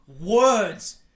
words